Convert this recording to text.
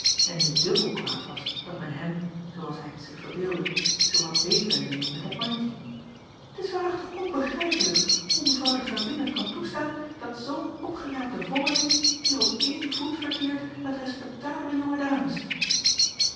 en nu dubbel kwaad was dat men hem zoo als hij het zich verbeeldde zoo had beet willen nemen met dat mandje t is waarachtig onbegrijpelijk hoe evrouw de ravin het kan toestaan dat zoo n opgeraapte vondeling hier op één voet verkeert met respektabele jonge dames